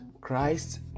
christ